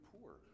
poor